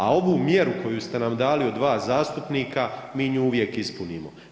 A ovu mjeru koju ste nam dali od 2 zastupnika mi nju uvijek ispunimo.